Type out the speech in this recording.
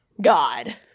God